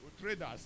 traders